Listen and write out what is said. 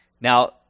Now